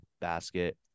basket